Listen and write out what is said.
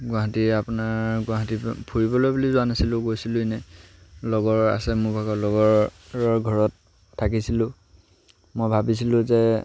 গুৱাহাটীৰ আপোনাৰ গুৱাহাটী ফুৰিবলৈ বুলি যোৱা নাছিলোঁ গৈছিলোঁ এনেই লগৰ আছে মোৰ ভাগৰ লগৰৰ ঘৰত থাকিছিলোঁ মই ভাবিছিলোঁ যে